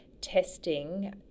testing